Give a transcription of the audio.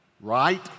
right